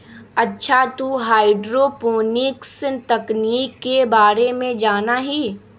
अच्छा तू हाईड्रोपोनिक्स तकनीक के बारे में जाना हीं?